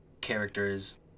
characters